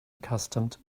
accustomed